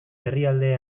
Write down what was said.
herrialde